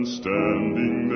standing